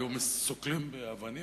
היו סוקלים באבנים,